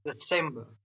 December